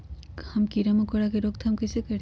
हम किरा मकोरा के रोक थाम कईसे करी?